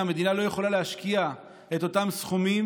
המדינה לא יכולה להשקיע את אותם סכומים,